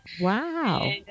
wow